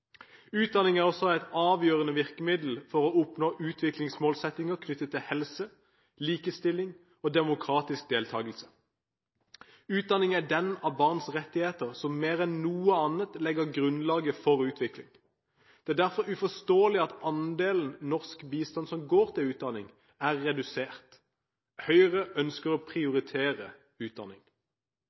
Utdanning er også et avgjørende virkemiddel for å oppnå utviklingsmålsettinger knyttet til helse, likestilling og demokratisk deltakelse. Utdanning er den av barns rettigheter som mer enn noe annet legger grunnlaget for utvikling. Det er derfor uforståelig at andelen av norsk bistand som går til utdanning, er redusert. Høyre ønsker å prioritere utdanning.